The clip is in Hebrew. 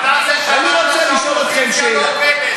אני רוצה לשאול אתכם שאלה,